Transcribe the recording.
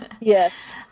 Yes